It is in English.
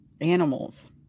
animals